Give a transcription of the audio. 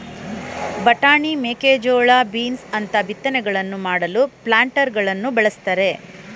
ಬಟಾಣಿ, ಮೇಕೆಜೋಳ, ಬೀನ್ಸ್ ಅಂತ ಬಿತ್ತನೆಗಳನ್ನು ಮಾಡಲು ಪ್ಲಾಂಟರಗಳನ್ನು ಬಳ್ಸತ್ತರೆ